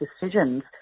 decisions